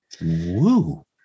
Woo